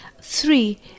Three